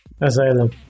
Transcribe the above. Asylum